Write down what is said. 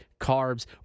carbs